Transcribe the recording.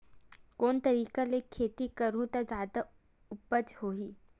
कोन तरीका ले खेती करहु त जादा उपज होही?